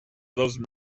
those